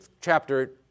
chapter